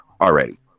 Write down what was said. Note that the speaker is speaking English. already